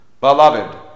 Beloved